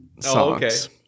songs